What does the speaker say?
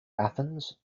athens